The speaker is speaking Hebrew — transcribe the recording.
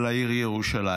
על העיר ירושלים,